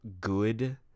good